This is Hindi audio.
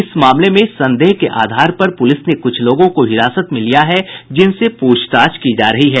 इस मामले संदेह के आधार पर पुलिस ने कुछ लोगों को हिरासत में लिया है जिनसे पूछताछ की जा रही है